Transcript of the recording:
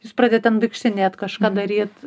jūs pradedat ten vaikštinėt kažką daryt